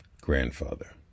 grandfather